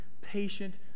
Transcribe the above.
patient